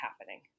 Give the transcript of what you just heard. happening